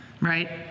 right